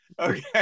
Okay